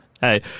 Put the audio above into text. Hey